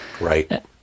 Right